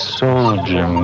soldier